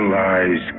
lies